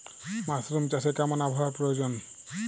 Mushroom চাষে কেমন আবহাওয়ার প্রয়োজন?